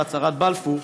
על הצהרת בלפור.